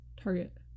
Target